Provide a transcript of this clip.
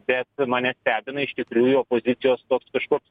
bet mane stebina iš tikrųjų opozicijos toks kažkoks